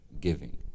Giving